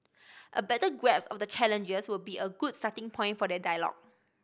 a better grasp of the challenges will be a good starting point for that dialogue